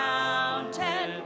mountain